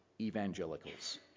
evangelicals